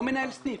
לא "מנהל סניף".